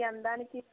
మీ అందానికి